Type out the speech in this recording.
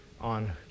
on